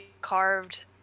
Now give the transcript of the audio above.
carved